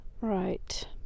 Right